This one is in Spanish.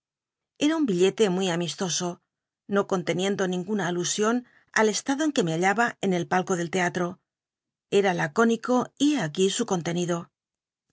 ca un billete muy amistos o no conteni endo ninguna alusion al estado en que me bailaba rn el palco del teallo era lacónico y hé aquí su contenido